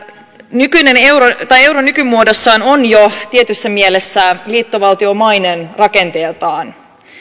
euro nykymuodossaan on jo tietyssä mielessä liittovaltiomainen rakenteeltaan